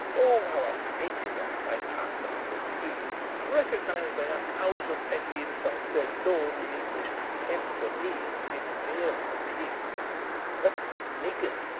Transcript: oh! how i hated them as i passed them in the street and recognized by a thousand petty insults their lordly english contempt for me as an inferior being a nigger.